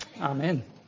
Amen